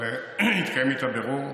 אבל התקיים איתה בירור.